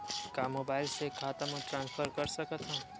का मोबाइल से खाता म ट्रान्सफर कर सकथव?